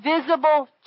visible